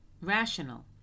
rational